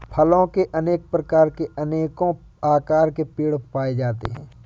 फलों के अनेक प्रकार और अनेको आकार के पेड़ पाए जाते है